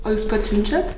o jūs pats siunčiat